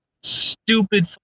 stupid